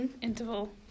Interval